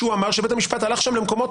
והוא אמר שבית המשפט הלך שם למקומות